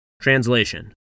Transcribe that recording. Translation